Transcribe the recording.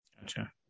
Gotcha